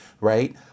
right